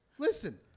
Listen